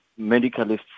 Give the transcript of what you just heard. medicalists